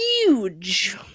Huge